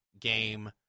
Game